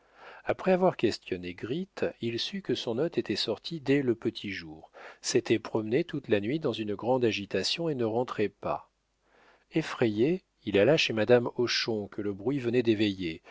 après avoir questionné gritte il sut que son hôte était sorti dès le petit jour s'était promené toute la nuit dans une grande agitation et ne rentrait pas effrayé il alla chez madame hochon que le bruit venait d'éveiller